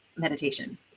meditation